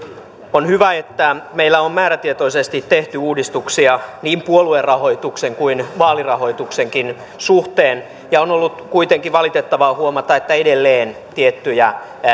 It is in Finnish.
on hyvä että meillä on määrätietoisesti tehty uudistuksia niin puoluerahoituksen kuin vaalirahoituksenkin suhteen on ollut kuitenkin valitettavaa huomata että edelleen tiettyjä